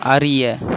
அறிய